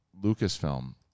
Lucasfilm